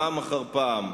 פעם אחר פעם,